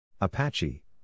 apache